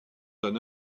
d’un